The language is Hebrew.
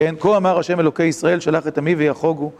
כן, כה אמר השם אלוקי ישראל, שלח את עמי ויחוגו